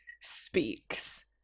speaks